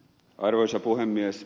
arvoisa puhemies